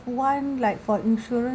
one like for insurance